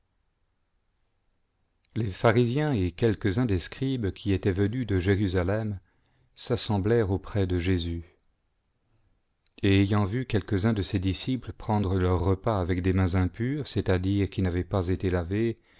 les pharisiens et quelquesuns des scribes qui étaient venus de jérusalem s'assemblèrent auprès de jésus a et ayant vu quelques-uns de ses disciples prendre leur repas avec des mains impures c'est-à-dire qui n'avaient pas été lavées